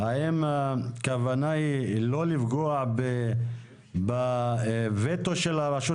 האם הכוונה היא לא לפגוע בווטו של הרשות